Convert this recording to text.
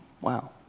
Wow